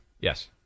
yes